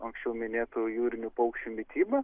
anksčiau minėtų jūrinių paukščių mitybą